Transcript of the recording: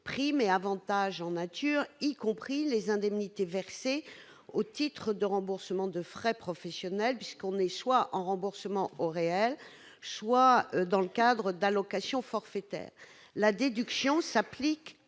primes et avantages en nature, y compris les indemnités versées au titre de remboursement de frais professionnels, qu'il s'agisse de remboursement au réel ou du versement d'une allocation forfaitaire. La déduction s'applique